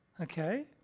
okay